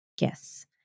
Yes